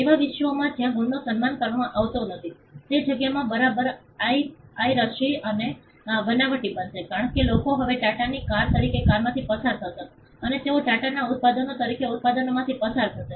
એવા વિશ્વમાં જ્યાં ગુણનો સન્માન કરવામાં આવતો નથી તે જગ્યામાં બરાબર પાઇરેસી અને બનાવટી બનશે કારણ કે લોકો હવે ટાટાની કાર તરીકે કારમાંથી પસાર થશે અથવા તેઓ ટાટાના ઉત્પાદનો તરીકે ઉત્પાદનોમાંથી પસાર થશે